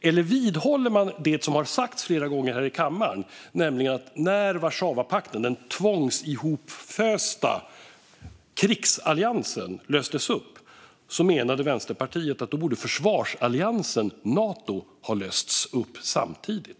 Eller vidhåller man det som har sagts flera gånger här i kammaren, nämligen att när Warszawapakten, den tvångsihopfösta krigsalliansen, löstes upp borde försvarsalliansen Nato ha lösts upp samtidigt?